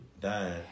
dying